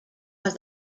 are